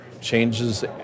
changes